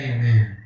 Amen